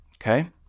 Okay